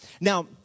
Now